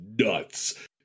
NUTS